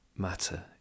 matter